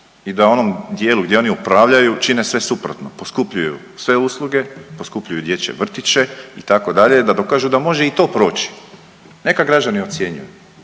i da onom dijelu gdje oni upravljaju čine sve suprotno, poskupljuju sve usluge, poskupljuju dječje vrtiće itd. da dokažu da može i to proći. Neka građani ocjenjuju,